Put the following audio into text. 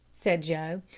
said joe,